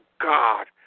God